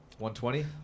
120